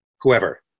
whoever